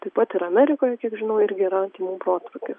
taip pat ir amerikoj kiek žinau irgi yra tymų protrūkis